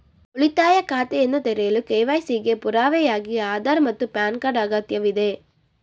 ಉಳಿತಾಯ ಖಾತೆಯನ್ನು ತೆರೆಯಲು ಕೆ.ವೈ.ಸಿ ಗೆ ಪುರಾವೆಯಾಗಿ ಆಧಾರ್ ಮತ್ತು ಪ್ಯಾನ್ ಕಾರ್ಡ್ ಅಗತ್ಯವಿದೆ